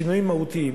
שינויים מהותיים,